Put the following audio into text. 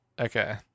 Okay